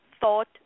thought